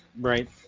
Right